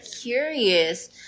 curious